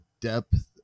depth